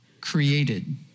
created